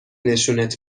نشونت